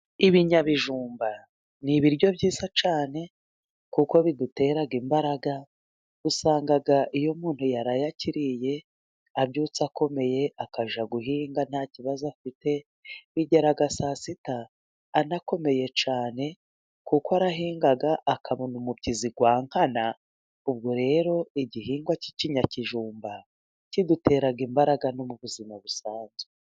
Ibinyabijumba ni ibiryo byiza cyane, kuko bigutera imbaraga, usanga iyo umuntu yaraye akiriye, abyutse akomeye, akajya guhinga nta kibazo afite, bigera saa sita anakomeye cyane, kuko arahinga akabona umubyizi wa nkana, ubwo rero igihingwa cy'ikinyakijumba kidutera imbaraga no mu buzima busanzwe.